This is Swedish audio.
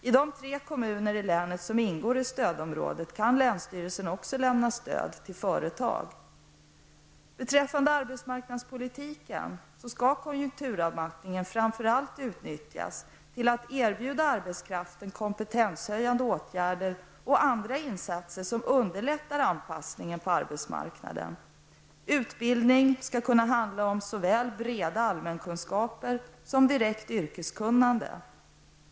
I de tre kommuner i länet som ingår i stödområdet kan länsstyrelsen också lämna stöd till företag. Beträffande arbetsmarknadspolitiken skall konjunkturavmattningen framför allt utnyttjas till att erbjuda arbetskraften kompetenshöjande åtgärder och andra insatser som underlättar anpassningen på arbetsmarknaden. Utbildning skall kunna handla om såväl breda allmänkunskaper som direkt yrkeskunnande.